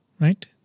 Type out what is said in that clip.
right